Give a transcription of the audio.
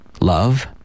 Love